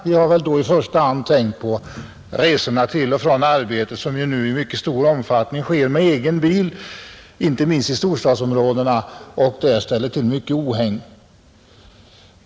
Vi har då i första hand "Den statliga trafiktänkt på resorna till och från arbetet, som nu i mycket stor omfattning Hdken mm sker med egen bil, inte minst i storstadsområdena, och där ställer till PORNKER IN AE mycket ohägn.